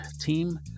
team